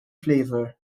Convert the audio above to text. flavor